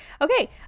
Okay